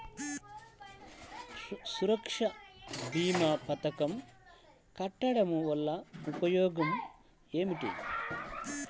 సురక్ష భీమా పథకం కట్టడం వలన ఉపయోగం ఏమిటి?